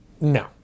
no